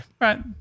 right